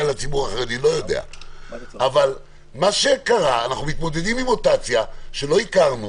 אבל מה שקרה, אנחנו מתמודדים עם מוטציה שלא הכרנו